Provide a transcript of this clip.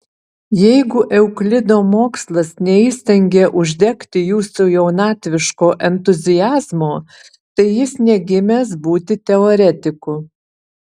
jeigu euklido mokslas neįstengė uždegti jūsų jaunatviško entuziazmo tai jis negimęs būti teoretiku